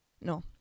no